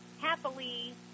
happily